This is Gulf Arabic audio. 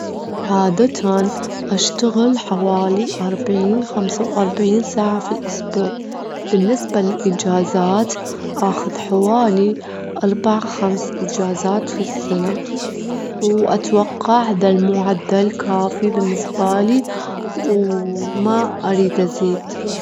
عادةً أشتغل حوالي أربعين خمسة وأربعين ساعة في الأسبوع، بالنسبة للإجازات أخد حوالي أربع خمس إجازات في السنة، وأتوقع دة المعدل كافي بالنسبة لي، وما أريد أزيد.